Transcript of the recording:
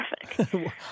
traffic